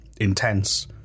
intense